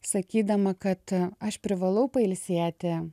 sakydama kad aš privalau pailsėti